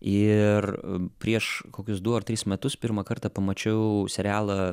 ir prieš kokius du ar tris metus pirmą kartą pamačiau serialą